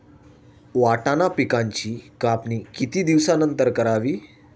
वाटाणा पिकांची कापणी किती दिवसानंतर करावी?